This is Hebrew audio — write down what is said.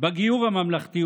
בגיור הממלכתי,